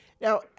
Now